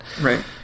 Right